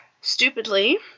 stupidly